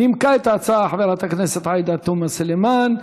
נימקה את ההצעה חברת הכנסת עאידה תומא סלימאן.